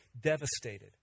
devastated